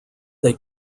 they